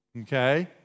okay